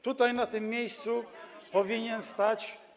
Tutaj na tym miejscu powinien stać.